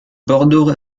bordeaux